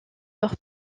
leur